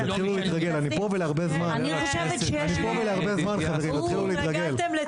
תתחילו להתרגל אני פה ולהרבה זמן חברים תתחילו להתרגל.